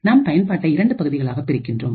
நாம் பயன்பாட்டை இரண்டு பகுதிகளாகப் பிரிகின்றோம்